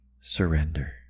surrender